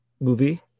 movie